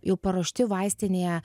jau paruošti vaistinėje